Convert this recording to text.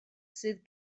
sydd